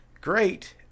great